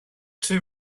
too